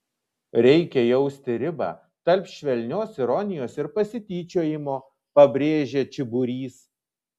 reikia jausti ribą tarp švelnios ironijos ir pasityčiojimo pabrėžia čiburys